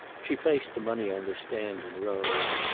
she placed the money on the stand, and rose.